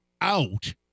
out